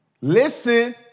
Listen